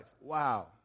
Wow